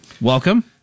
welcome